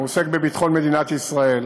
הוא עוסק בביטחון מדינת ישראל,